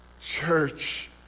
church